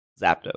Zapdos